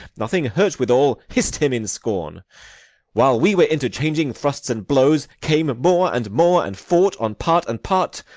nothing hurt withal, hiss'd him in scorn while we were interchanging thrusts and blows, came more and more, and fought on part and part,